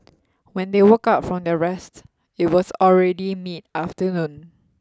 when they woke up from their rest it was already mid afternoon